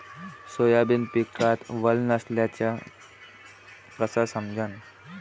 Soybean पिकात वल नसल्याचं कस समजन?